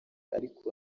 ariko